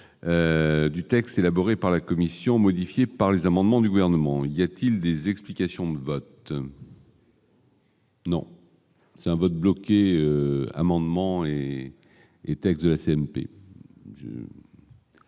du texte élaboré par la commission modifié par les amendements du gouvernement il y a-t-il des explications de vote. Non, c'est un vote bloqué amendement et était de la